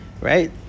Right